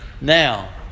now